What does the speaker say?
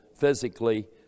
physically